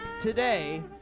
today